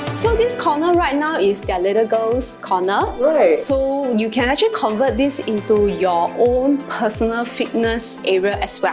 so this corner right now is their little girl's corner all right so and you can actually convert this into your own personal fitness area as